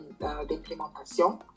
d'implémentation